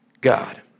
God